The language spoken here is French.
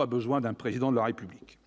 dépense publique,